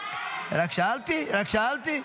--- רק שאלתי, רק שאלתי.